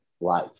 life